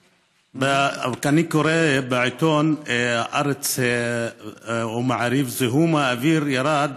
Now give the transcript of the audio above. אני קורא בעיתון הארץ או מעריב: זיהום האוויר ירד